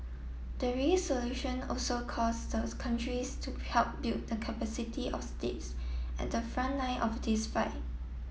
the solution also calls those countries to help build the capacity of states at the front line of this fight